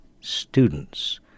students